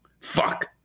Fuck